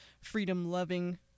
freedom-loving